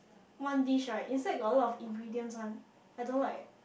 one dish right inside got a lot of ingredients one I don't like